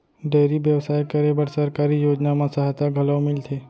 dairy बेवसाय करे बर सरकारी योजना म सहायता घलौ मिलथे